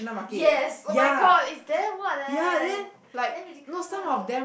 yes oh-my-god it's damn what leh damn ridiculous ah they all